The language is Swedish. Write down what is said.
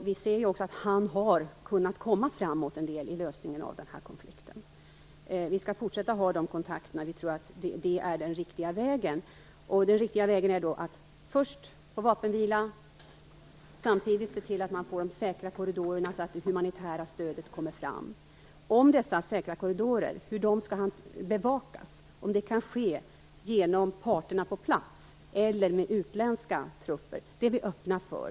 Vi ser att han har kunnat komma framåt mot lösningen av konfliken, vi skall fortsätta med de kontakterna. Vi tror att det är den riktiga vägen. Den riktiga vägen är alltså att först få en vapenvila och se till att skapa säkra korridorer så att det humanitära stödet kommer fram. Om dessa korridorer skall bevakas av parterna på plats eller av utländska trupper är vi öppna för.